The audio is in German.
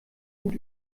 gut